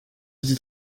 ati